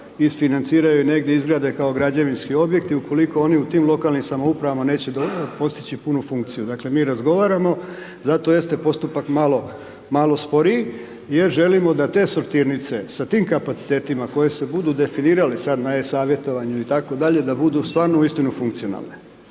isfinanciraju i negdje izgrade kao građevinski objekti ukoliko oni u tim lokalnim samoupravama neće postići punu funkciju. Dakle mi razgovaramo zato jeste postupak malo sporiji jer želimo da te sortirnice sa tim kapacitetima koje se budu definirale sada na e-savjetovanju itd., da budu stvarno u istinu funkcionalne,